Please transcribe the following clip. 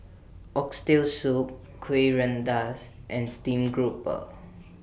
Oxtail Soup Kuih Rengas and Steam Grouper